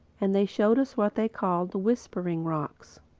and they showed us what they called the whispering rocks.